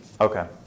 Okay